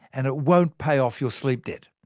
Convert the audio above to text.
and it won't pay off your sleep debt.